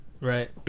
right